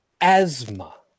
asthma